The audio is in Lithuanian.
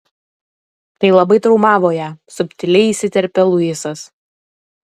tai labai traumavo ją subtiliai įsiterpia luisas